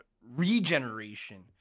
regeneration